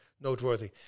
noteworthy